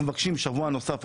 אנחנו מבקשים שבוע נוסף.